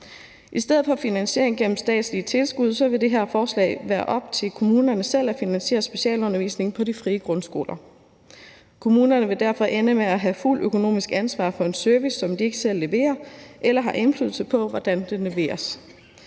I stedet for finansiering gennem statslige tilskud vil det med det her forslag være op til kommunerne selv at finansiere specialundervisning på de frie grundskoler. Kommunerne vil derfor ende med at have fuldt økonomisk ansvar for en service, som de ikke selv leverer eller har indflydelse på hvordan leveres.